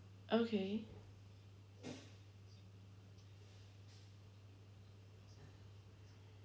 okay